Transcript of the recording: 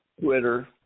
Twitter